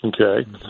Okay